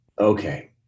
okay